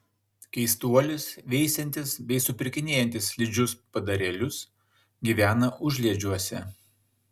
keistuolis veisiantis bei supirkinėjantis slidžius padarėlius gyvena užliedžiuose